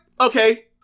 Okay